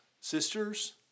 sisters